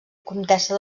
comtessa